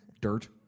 dirt